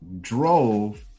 drove